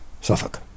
Suffolk